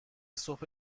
صبح